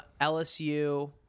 lsu